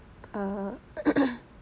err